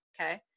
okay